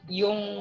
yung